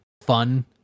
fun